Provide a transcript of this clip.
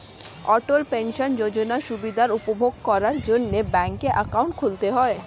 অটল pension যোজনার সুবিধা উপভোগ করার জন্যে ব্যাংকে অ্যাকাউন্ট খুলতে হয়